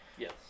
Yes